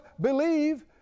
Believe